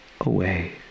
away